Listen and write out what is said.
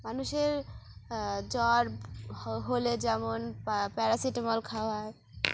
মানুষের জ্বর হ হলে যেমন পা প্যারাসিটামল খাওয়ায়